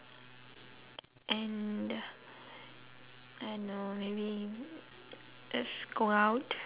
and I don't know maybe uh go out